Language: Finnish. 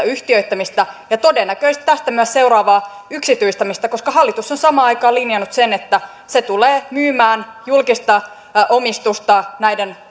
yhtiöittämistä ja todennäköisesti myös tästä seuraavaa yksityistämistä koska hallitus on samaan aikaan linjannut sen että se tulee myymään julkista omistusta näiden